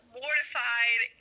mortified